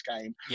Game